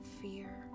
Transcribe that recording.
fear